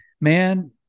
man